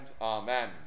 Amen